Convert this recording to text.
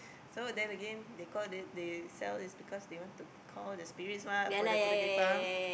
so then again they call they they sell this because they want to call the spirits [what] for the kuda kepang